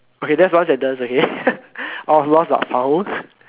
okay that's the ones that does okay